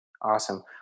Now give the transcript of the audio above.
Awesome